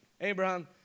Abraham